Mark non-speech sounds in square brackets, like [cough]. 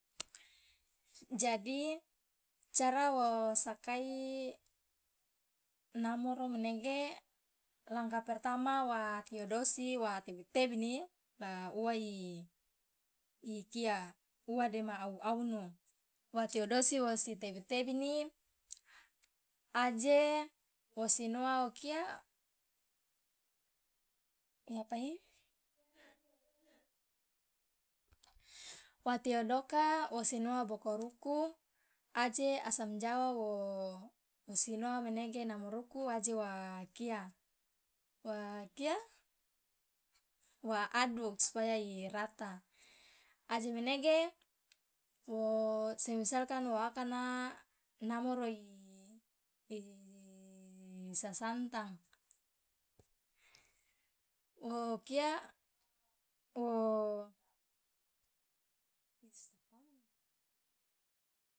[noise] jadi cara wosakai namoro nege l langka pertama wa tiodosi wa tebi tebini la uwa i kia uwa dema au- aunu [noise] wa tiodosi wosi tebi tebini [noise] aje wosi noa okia [noise] wa tiodoka wosi noa bokol uku aje asam jawa wo sinoa manege namoruku aje wa kia wa kia wa aduk supaya irata aje menege wo semisalkan wo akana namoro [hesitation] sasantang [noise] okia [noise]